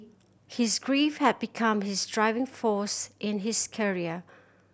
his grief had become his driving force in his career